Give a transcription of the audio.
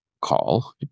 call